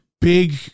big